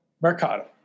Mercado